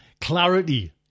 clarity